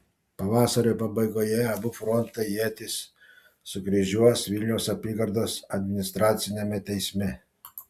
pavasario pabaigoje abu frontai ietis sukryžiuos vilniaus apygardos administraciniame teisme